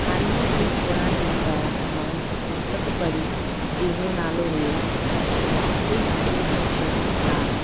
हाली में थोरा ॾींहं पहिरियां मां हिकु पुस्तक पढ़ी जंहिंजो नालो हुयो इश वाकुश की वंशज राम